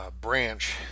branch